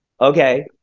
Okay